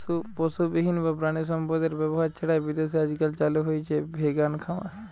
পশুবিহীন বা প্রাণিসম্পদএর ব্যবহার ছাড়াই বিদেশে আজকাল চালু হইচে ভেগান খামার